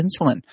insulin